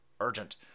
Urgent